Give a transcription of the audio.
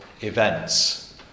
events